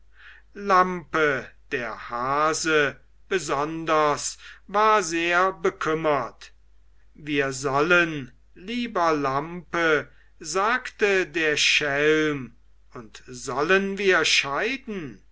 lampe der hase besonders war sehr bekümmert wir sollen lieber lampe sagte der schelm und sollen wir scheiden